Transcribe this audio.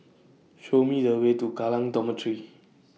Show Me The Way to Kallang Dormitory